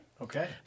Okay